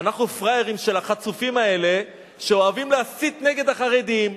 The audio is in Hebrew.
אנחנו פראיירים של החצופים האלה שאוהבים להסית נגד החרדים,